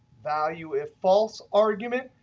value is false argument,